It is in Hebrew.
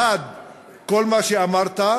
1. כל מה שאמרת,